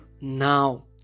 now